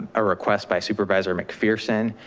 a request by supervisor mcpherson.